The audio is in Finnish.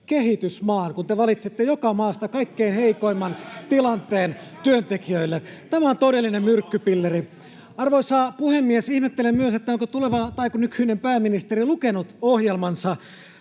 kehitysmaan, kun te valitsette joka maasta kaikkein heikoimman tilanteen työntekijöille. Tämä on todellinen myrkkypilleri. Arvoisa puhemies! Ihmettelen myös, onko nykyinen pääministeri lukenut ohjelmansa.